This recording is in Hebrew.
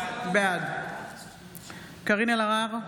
בעד קארין אלהרר,